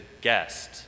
guest